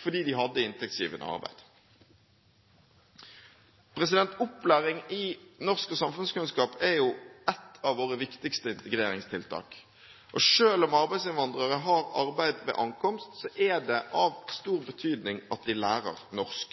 fordi de hadde inntektsgivende arbeid. Opplæring i norsk og samfunnskunnskap er et av våre viktigste integreringstiltak. Selv om arbeidsinnvandrere har arbeid ved ankomst, er det av stor betydning at de lærer norsk.